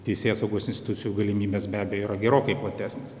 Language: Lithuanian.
teisėsaugos institucijų galimybės be abejo yra gerokai platesnės